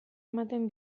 ematen